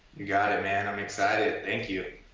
you got it, man, i'm excited, thank you.